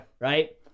Right